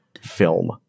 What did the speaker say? film